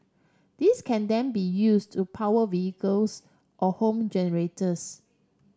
this can then be used to power vehicles or home generators